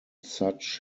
such